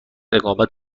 اقامت